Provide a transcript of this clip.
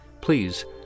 please